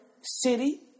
city